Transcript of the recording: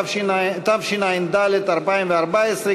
התשע"ד 2014,